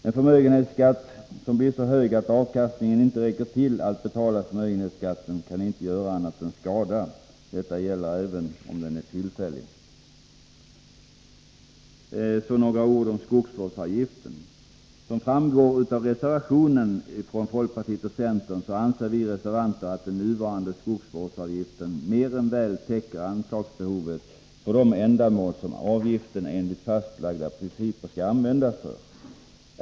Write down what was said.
En förmögenhetsskatt som blir så hög att avkastningen inte räcker till för att betala förmögenhetsskatten kan inte göra annat än skada. Detta gäller även om den är tillfällig. Så några ord om skogsvårdsavgiften. Som framgår av reservationen från folkpartiet och centern, anser vi reservanter ”att den nuvarande skogsvårdsavgiften mer än väl täcker anslagsbehovet för de ändamål avgiften enligt fastlagda principer skall användas för”.